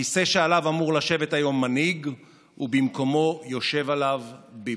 הכיסא שעליו אמור לשבת היום מנהיג ובמקומו יושב עליו ביבי.